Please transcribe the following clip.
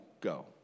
go